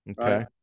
Okay